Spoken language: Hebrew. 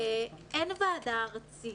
אין ועדה ארצית.